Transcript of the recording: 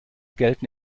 gelten